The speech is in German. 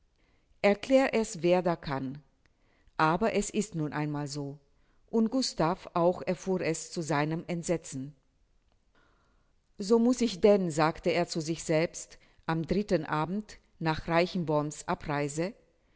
erklär es wer da kann aber es ist nun einmal so und gustav auch erfuhr es zu seinem entsetzen so muß ich denn sagte er zu sich selbst am dritten abend nach reichenborn's abreise